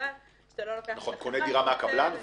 לוקח נגר,